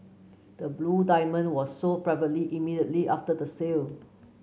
the blue diamond was sold privately immediately after the sale